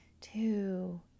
two